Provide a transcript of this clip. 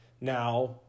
Now